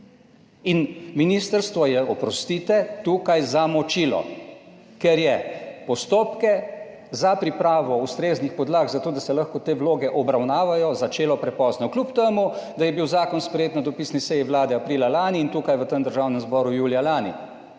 In ministrstvo je, oprostite, tukaj zamočilo, ker je postopke za pripravo ustreznih podlag za to, da se lahko te vloge obravnavajo začelo prepozno, kljub temu, da je bil zakon sprejet na dopisni seji Vlade aprila lani in tukaj v tem Državnem zboru julija lani